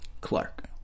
Clark